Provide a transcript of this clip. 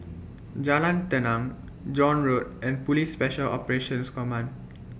Jalan Tenang John Road and Police Special Operations Command